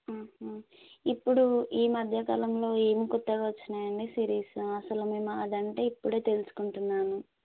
ఇప్పుడు ఈ మధ్యకాలంలో ఏమి కొత్తగా వచ్చినాయి అండి సిరీస్ అసలు మేము అదంటే ఇప్పుడే తెలుసుకుంటున్నాను